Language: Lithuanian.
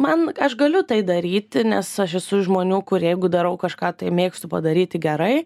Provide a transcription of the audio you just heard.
man aš galiu tai daryti nes aš esu iš žmonių kurie jeigu darau kažką tai mėgstu padaryti gerai